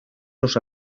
los